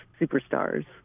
superstars